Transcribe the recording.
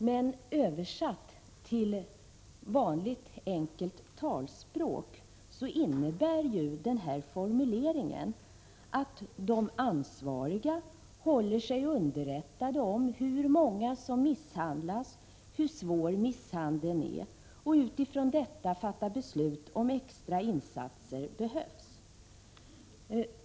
Men översatt till vanligt enkelt talspråk innebär den ju att de ansvariga håller sig underrättade om hur många som misshandlas, hur svår misshandeln är och utifrån detta fattar beslut om extra insatser behövs.